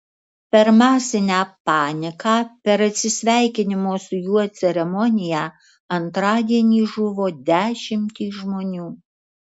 per masinę paniką per atsisveikinimo su juo ceremoniją antradienį žuvo dešimtys žmonių